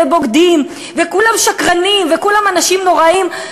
ו"בוגדים" ו"כולם שקרנים" ו"כולם אנשים נוראיים",